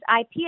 IP